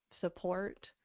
support